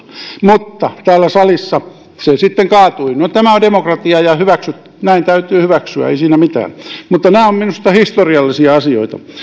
mutta täällä salissa se sitten kaatui no tämä on demokratiaa ja näin täytyy hyväksyä ei siinä mitään mutta nämä ovat minusta historiallisia asioita